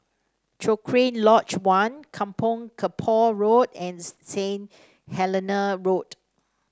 Cochrane Lodge One Kampong Kapor Road and Saint Helena Road